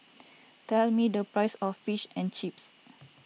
tell me the price of Fish and Chips